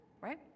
right